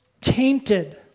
tainted